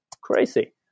crazy